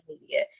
media